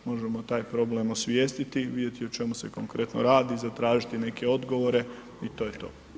Možemo taj problem osvijestiti, vidjeti o čemu se konkretno radi, zatražiti neke odgovore i to je to.